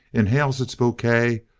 inhales its bouquet,